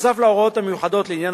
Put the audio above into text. והוראות לעניין